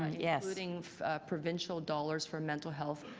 ah yes. including provincial dollars for mental health